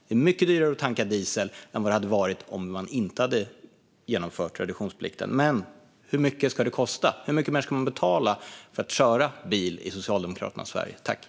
Det är mycket dyrare att tanka diesel än vad det hade varit om man inte hade genomfört reduktionsplikten. Men hur mycket ska det kosta? Hur mycket mer ska man betala för att köra bil i Socialdemokraternas Sverige?